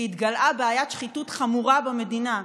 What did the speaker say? כי התגלעה בעיית שחיתות חמורה במדינה,